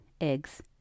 eggs